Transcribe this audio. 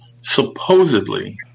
Supposedly